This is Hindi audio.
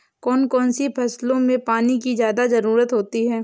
कौन कौन सी फसलों में पानी की ज्यादा ज़रुरत होती है?